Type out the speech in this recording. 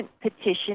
petition